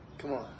come on.